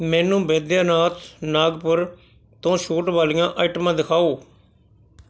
ਮੈਨੂੰ ਬੈਦਿਆਨਾਥ ਨਾਗਪੁਰ ਤੋਂ ਛੋਟ ਵਾਲੀਆਂ ਆਈਟਮਾਂ ਦਿਖਾਓ